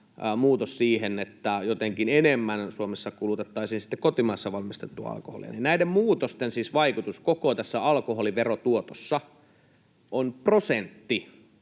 muutos siihen, että jotenkin enemmän Suomessa kulutettaisiin sitten kotimaassa valmistettua alkoholia, niin näiden muutosten vaikutus koko tässä alkoholiverotuotossa on prosentti,